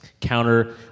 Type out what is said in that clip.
counter